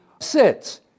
sits